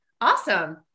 Awesome